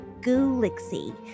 gulixy